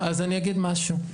אז אני אגיד משהו.